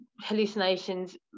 hallucinations